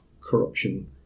corruption